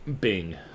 Bing